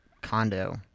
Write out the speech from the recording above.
condo